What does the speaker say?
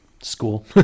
school